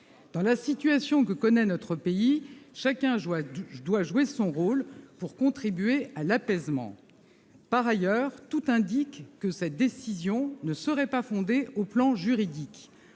Dans la situation que connaît notre pays, chacun doit jouer son rôle pour contribuer à l'apaisement. Par ailleurs, tout indique que cette décision ne serait pas fondée sur le plan juridique.